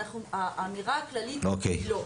האמירה הכללית היא לא.